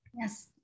Yes